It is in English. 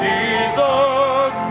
Jesus